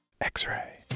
X-ray